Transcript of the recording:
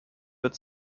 wird